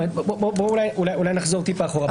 אולי נחזור מעט אחורה.